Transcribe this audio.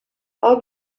all